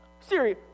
Siri